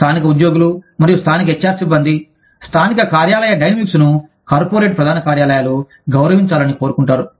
స్థానిక ఉద్యోగులు మరియు స్థానిక హెచ్ఆర్ సిబ్బంది స్థానిక కార్యాలయ డైనమిక్స్ను కార్పొరేట్ ప్రధాన కార్యాలయాలు గౌరవించాలని కోరుకుంటారు